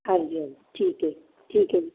ਹਾਂਜੀ ਹਾਂਜੀ ਠੀਕ ਹੈ ਠੀਕ ਹੈ ਜੀ